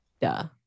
duh